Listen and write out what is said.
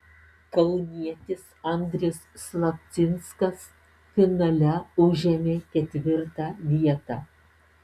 kaunietis andrius slapcinskas finale užėmė ketvirtą vietą